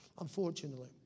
unfortunately